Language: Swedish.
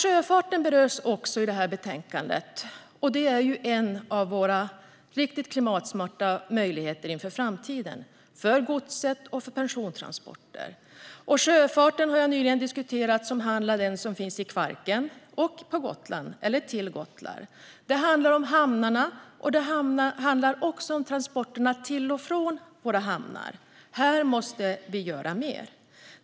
Sjöfarten berörs också i betänkandet. Det är en av våra riktigt klimatsmarta möjligheter inför framtiden - för godset och för persontransporter. Sjöfarten har jag nyligen diskuterat, och det handlar om Kvarken och Gotland och om hamnar och transporterna till och från våra hamnar. Här måste vi göra mer.